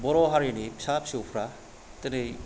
बर' हारिनि फिसा फिसौफ्रा दोनै